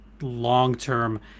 long-term